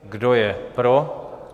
Kdo je pro?